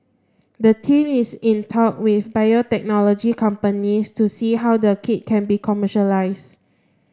the team is in talk with biotechnology companies to see how the kit can be commercialised